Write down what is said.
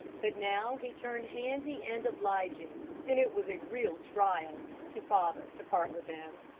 but now he turned handy and obliging, and it was a real trial to father to part with him.